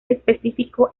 específico